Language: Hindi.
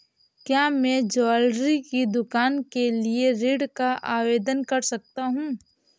क्या मैं ज्वैलरी की दुकान के लिए ऋण का आवेदन कर सकता हूँ?